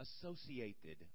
associated